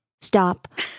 Stop